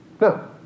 No